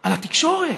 על התקשורת.